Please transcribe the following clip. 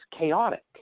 chaotic